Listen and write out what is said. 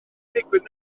ddigwydd